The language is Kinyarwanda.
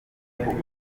ukuboko